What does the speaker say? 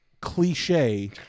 cliche